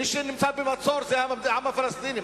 מי שנמצא במצור זה העם הפלסטיני.